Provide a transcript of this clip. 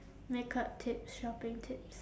makeup tips shopping tips